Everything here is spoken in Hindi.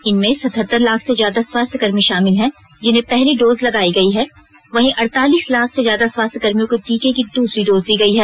इनमें सतहतर लाख से ज्यादा स्वास्थ्यकर्मी शामिल हैं जिन्हें पहली डोज लगायी गयी है वहीं अडतालीस लाख से ज्यादा स्वास्थ्यकर्मियों को टीके की दूसरी डोज दी गयी है